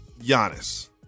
Giannis